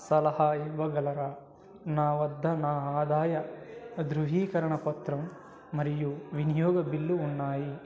సలహా ఇవ్వగలరా నా వద్ద నా ఆదాయ ధృవీకరణ పత్రం మరియు వినియోగ బిల్లు ఉన్నాయి